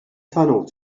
tunnel